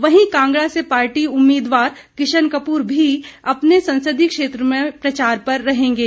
वहीं कांगड़ा से पार्टी उम्मीदवार किशन कपूर भी अपने संसदीय क्षेत्र में प्रचार पर रहेंगे